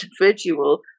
individual